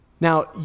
Now